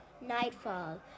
Nightfall